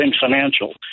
financial